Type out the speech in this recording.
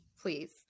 please